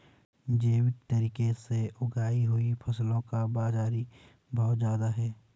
जैविक तरीके से उगाई हुई फसलों का बाज़ारी भाव ज़्यादा है